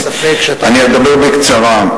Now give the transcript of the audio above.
אני אדבר בקצרה.